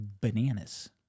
bananas